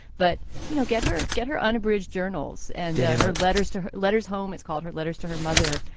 but, you know, get her get her unabridged journals and her letters to her letters home. it's called her letters to her mother,